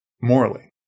morally